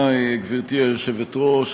גברתי היושבת-ראש,